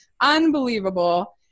unbelievable